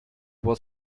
was